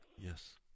Yes